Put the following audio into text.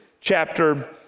chapter